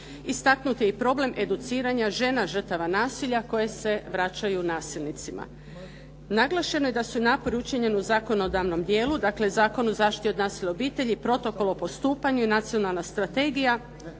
Istaknut je i problem educiranja žena žrtava nasilja koje se vraćaju nasilnicima. Naglašeno je da su i napori učinjeni u zakonodavnom dijelu, dakle Zakon o zaštiti od nasilja u obitelji, protokol o postupanju i Nacionalna strategija